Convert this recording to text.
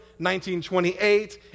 1928